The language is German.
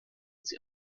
sie